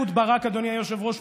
אדוני היושב-ראש,